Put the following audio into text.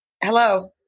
hello